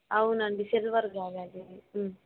అవునండీ సిల్వర్ కావాలి